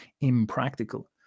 impractical